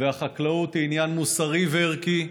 והחקלאות היא עניין מוסרי וערכי,